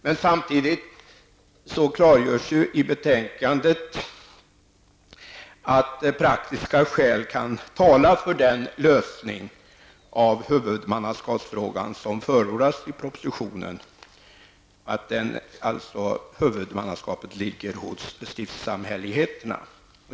Men samtidigt klargörs i betänkandet att praktiska skäl kan tala för den lösning av huvudmannaskapsfrågan som förordas i propositionen, nämligen att huvudmannaskapet ligger hos stiftssamfälligheterna.